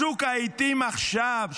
צוק העיתים עכשיו,